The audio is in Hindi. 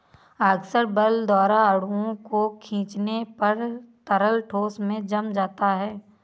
आकर्षक बल द्वारा अणुओं को खीचने पर तरल ठोस में जम जाता है